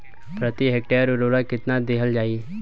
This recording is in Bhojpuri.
प्रति हेक्टेयर उर्वरक केतना दिहल जाई?